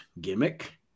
gimmick